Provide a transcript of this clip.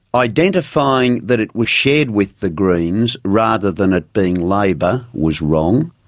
identifying that it was shared with the greens, rather than it being labor, was wrong.